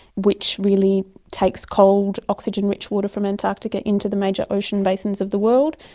which really takes cold oxygen-rich water from antarctica into the major ocean basins of the world,